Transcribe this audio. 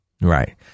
Right